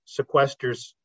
sequesters